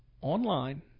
online